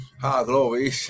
Hallelujah